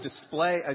display